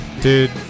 Dude